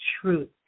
truth